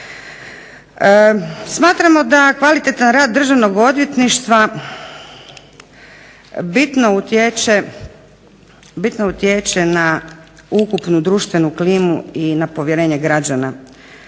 Smatramo da kvalitetan rad Državnog odvjetništva bitno utječe na ukupnu društvenu klimu i na povjerenje građana